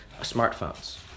smartphones